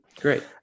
Great